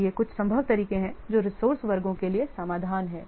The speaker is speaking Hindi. तो ये कुछ संभव तरीके हैं जो रिसोर्से वर्गों के लिए समाधान हैं